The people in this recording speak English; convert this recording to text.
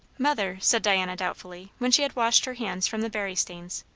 mother, said diana doubtfully, when she had washed her hands from the berry stains,